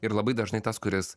ir labai dažnai tas kuris